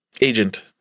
agent